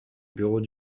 bureau